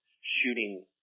shooting